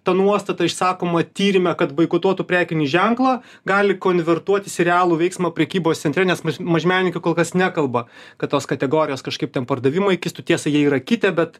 ta nuostata išsakoma tyrime kad boikotuotų prekinį ženklą gali konvertuotis į realų veiksmą prekybos centre nes maž mažmenininkai kol kas nekalba kad tos kategorijos kažkaip ten pardavimai kistų tiesa jie yra kitę bet